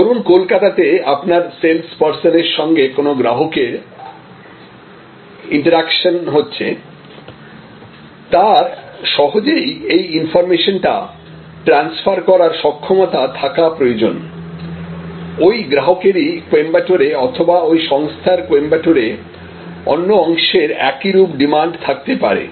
ধরুন কলকাতাতে আপনার সেলসপারসনের সঙ্গে কোন গ্রাহকের ইন্টেরাকশন হচ্ছে তার সহজেই এই ইনফর্মেশনটা ট্রানস্ফার করার সক্ষমতা থাকা প্রয়োজন ওই গ্রাহকেরই কোইম্বাটরে অথবা ঐ সংস্থার কোইম্বাটরে অন্য অংশের একইরূপ ডিমান্ড থাকতে পারে